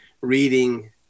reading